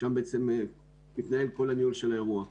שם מתנהל כל הניהול של האירוע.